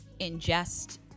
ingest